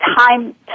time